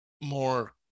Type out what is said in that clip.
more